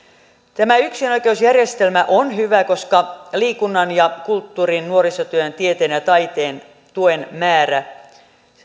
tämä yksinoikeusjärjestelmä on hyvä koska liikunnan ja kulttuurin nuorisotyön tieteen ja taiteen tuen määrä